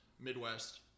Midwest